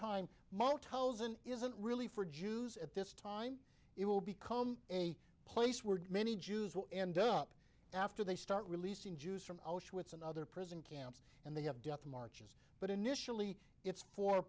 and isn't really for jews at this time it will become a place where many jews will end up after they start releasing jews from auschwitz and other prison camps and they have death marches but initially it's for